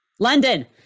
London